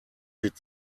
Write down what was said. mit